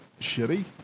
shitty